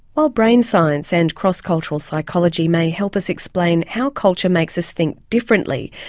while brain science and cross cultural psychology may help us explain how culture makes us think differently,